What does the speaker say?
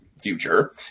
future